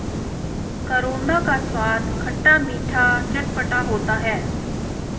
करौंदा का स्वाद खट्टा मीठा चटपटा होता है